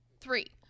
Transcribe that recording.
Three